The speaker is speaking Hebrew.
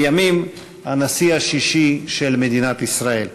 לימים הנשיא השישי של מדינת ישראל.